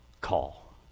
call